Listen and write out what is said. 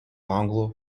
anglų